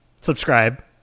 Subscribe